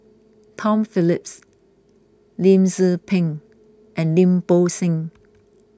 Tom Phillips Lim Tze Peng and Lim Bo Seng